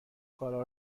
کارها